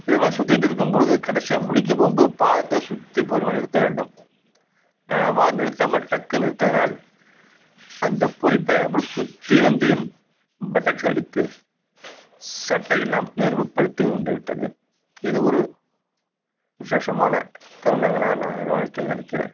இதை மாதிரி சுத்திகிட்டு இருக்கும் போது கடைசியாக முடிக்கும் போகும் போது பாதத்தை சுற்றி பொறுமையாக நிறுத்த வேண்டும் நான் பாட் நிறுத்தாமல் டக்குனு நிறுத்துனனால் அந்த பொறிப்பய அப்படியே சுற்றி வந்து என் பெடக்ஸ்ல அடித்து சட்டையெல்லாம் நெருப்பு பிடித்து கொண்டுவிட்டது இது ஒரு விஷேசமான தருணங்களாக நான் என்னோட வாழ்க்கையில் நினக்கிறேன்